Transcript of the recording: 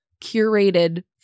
curated